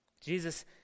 Jesus